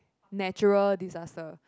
natural disaster